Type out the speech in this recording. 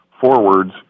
forwards